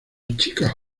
chica